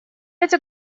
эти